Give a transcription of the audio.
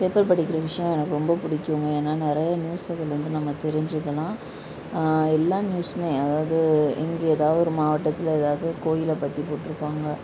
paper படிக்கின்ற விஷயம் எனக்கு ரொம்ப பிடிக்குங்க ஏன்னா நிறைய நியூஸ் இதிலருந்து நம்ம தெரிஞ்சிக்கலாம் எல்லா நியூஸ்ஸுமே அதாவது இங்கே ஏதாவது ஒரு மாவட்டத்தில் ஏதாவது கோயிலை பற்றி போட்டிருப்பாங்க